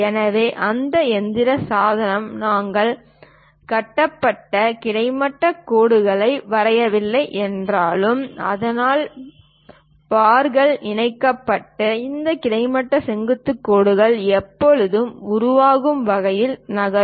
எனவே உங்கள் இயந்திர சாதனம் நாங்கள் கட்டப்பட்ட கிடைமட்ட செங்குத்து கோடுகளை வரையவில்லை என்றாலும் ஆனால் பார்கள் இணைப்புகள் இந்த கிடைமட்ட செங்குத்து கோடுகளை எப்போதும் உருவாக்கும் வகையில் நகரும்